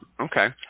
Okay